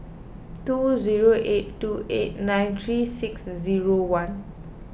two zero eight two eight nine three six zero one